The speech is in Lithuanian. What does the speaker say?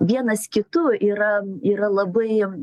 vienas kitu yra yra labai